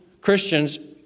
Christians